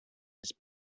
his